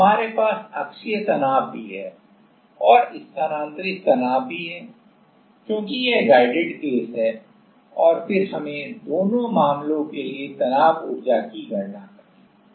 हमारे पास अक्षीय तनाव भी है और स्थानांतरित तनाव भी है क्योंकि यह गाइडेड केस है और फिर हमें दोनों मामलों के लिए तनाव ऊर्जा की गणना करनी है